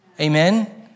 Amen